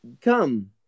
come